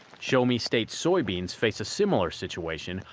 show-me-state soybeans face a similar situation,